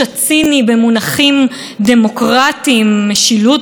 מאחוריהם מסתתרת אמת מקוממת.